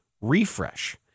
refresh